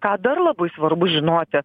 ką dar labai svarbu žinoti